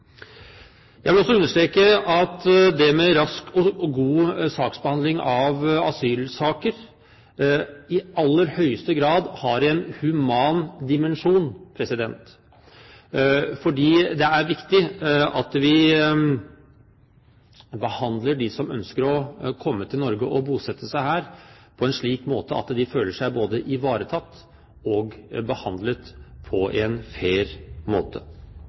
Jeg vil også understreke at det med rask og god saksbehandling av asylsaker i aller høyeste grad har en human dimensjon, for det er viktig at vi behandler dem som ønsker å komme til Norge og bosette seg her, på en slik måte at de føler seg både ivaretatt og behandlet på en fair måte.